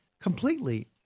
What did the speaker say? completely